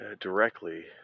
directly